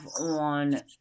on